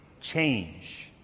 change